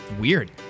Weird